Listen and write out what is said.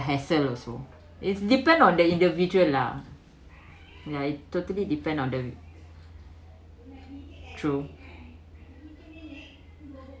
parcel also is depend on the individual lah like totally depend on them true